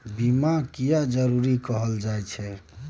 बीमा किये जरूरी कहल जाय छै?